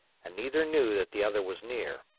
and neither knew that the other was near.